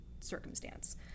circumstance